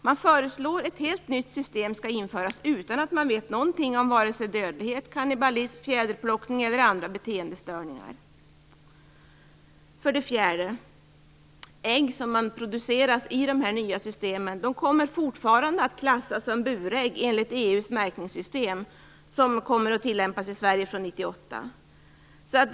Man föreslår att ett helt nytt system skall införas utan att man vet någonting om vare sig dödlighet, kannibalism, fjäderplockning eller andra beteendestörningar. För det fjärde kommer ägg som produceras i de nya systemen fortfarande att klassas som burägg enligt EU:s märkningssystem som kommer att tillämpas i Sverige från 1998.